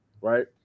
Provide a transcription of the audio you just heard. right